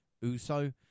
Uso